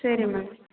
சரி மேம்